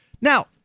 Now